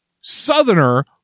Southerner